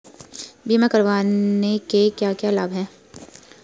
बीमा करने के क्या क्या लाभ हैं?